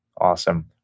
Awesome